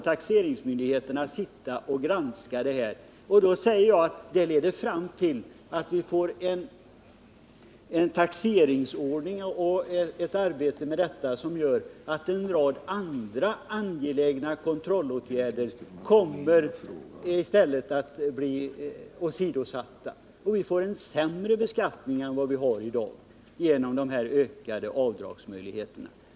Taxeringsmyndigheterna skulle alltså sitta och granska det här, och då säger jag att det leder fram till att vi får en taxeringsordning och ett arbete med den som gör att en rad andra angelägna kontrollåtgärder i stället kommer att bli åsidosatta. Vi får en sämre beskattning än vi har i dag genom de ökade avdragsmöjligheterna.